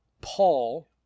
Paul